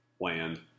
land